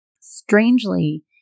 Strangely